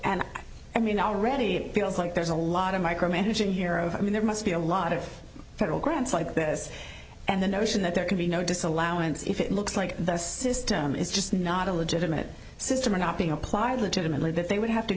and i mean already it feels like there's a lot of micromanaging here over i mean there must be a lot of federal grants like this and the notion that there can be no disallowance if it looks like the system is just not a legitimate system are not being applied legitimately that they would have to